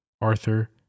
Arthur